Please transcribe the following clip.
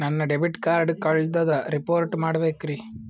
ನನ್ನ debit card ಕಳ್ದದ report ಮಾಡಬೇಕ್ರಿ